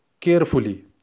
carefully